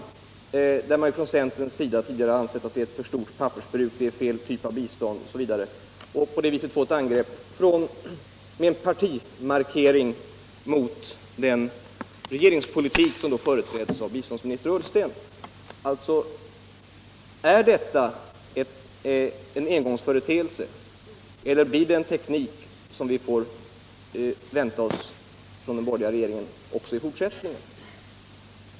Centern har ju tidigare hävdat att detta är fel typ av bistånd, osv. Skall vi alltså vänta oss ett angrepp med partimarkering mot den regeringspolitik som då företräds av biståndsminister Ullsten? Jag frågar alltså: Är detta en engångsföreteelse eller är det en teknik som vi kan vänta oss från den borgerliga regeringen också i fortsättningen?